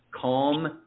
calm